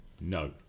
No